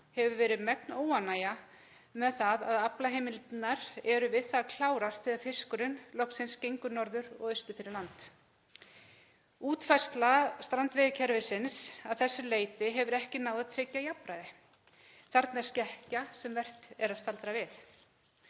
hefur verið megn óánægja með það að aflaheimildirnar eru við það klárast þegar fiskurinn loksins gengur norður og austur fyrir land. Útfærsla strandveiðikerfisins að þessu leyti hefur ekki náð að tryggja jafnræði. Þarna er skekkja sem vert er að staldra við.